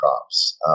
crops